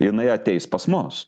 jinai ateis pas mus